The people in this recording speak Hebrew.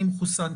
אני מחוסן.